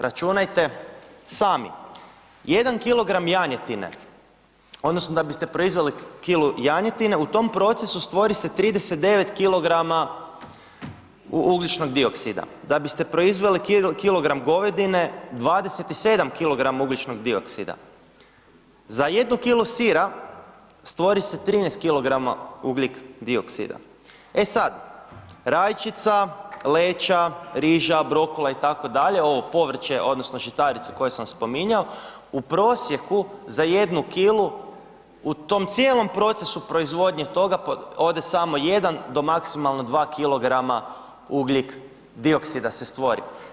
Računajte sami, jedan kilogram janjetine odnosno da biste proizveli kilu janjetine u tom procesu stvori se 39 kilograma ugljičnog dioksida, da biste proizveli kilogram govedine 27 kilograma ugljičnog dioksida, za jednu kilu sira stvori se 13 kilograma ugljik dioksida, e sad rajčica, leća, riža, brokula itd., ovo povrće odnosno žitarice koje sam spominjao u prosjeku za jednu kilu u tom cijelom procesu proizvodnje toga ode samo jedan do maksimalno dva kilograma ugljik dioksida se stvori.